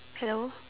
hello